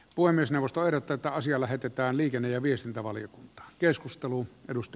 puhemiesneuvosto ehdottaa että asia lähetetään liikenne ja viestintävaliokuntaan